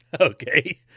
okay